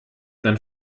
dann